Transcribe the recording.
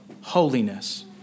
holiness